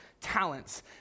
talents